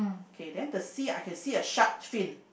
okay then the sea I can see a shark fin